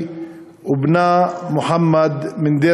בהאא כרים ומוחמד מנאע